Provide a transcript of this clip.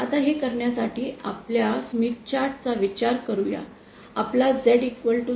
आता हे करण्यासाठी आपल्या स्मिथ चार्ट चा विचार करू या आपला Z 0